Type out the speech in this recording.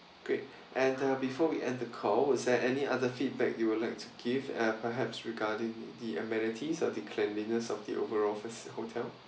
great and uh before we end the call is there any other feedback you will like to give uh perhaps regarding the amenities or the cleanliness of the overall vic~ hotel